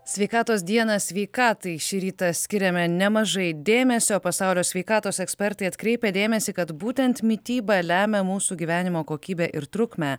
sveikatos dieną sveikatai šį rytą skiriame nemažai dėmesio pasaulio sveikatos ekspertai atkreipia dėmesį kad būtent mityba lemia mūsų gyvenimo kokybę ir trukmę